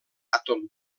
àtom